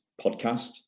podcast